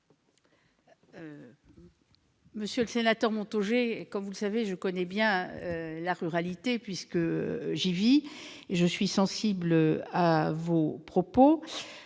Monsieur le sénateur, comme vous le savez, je connais bien la ruralité, puisque j'y vis, et je suis sensible à vos propos.